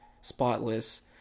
spotless